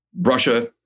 Russia